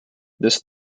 this